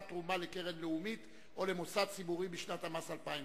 (תרומה לקרן לאומית או למוסד ציבורי בשנת המס 2009)